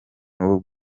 n’ubu